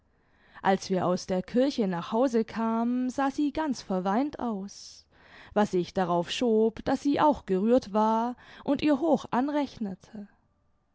als wir aus der kirche nach hause kamen sah sie ganz verweint aus was ich darauf schob daß sie auch gerührt war und ihr hoch anrechnete